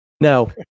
No